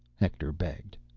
hector begged.